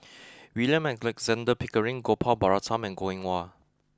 William Alexander Pickering Gopal Baratham and Goh Eng Wah